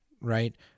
right